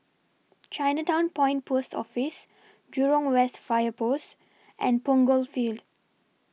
Chinatown Point Post Office Jurong West Fire Post and Punggol Field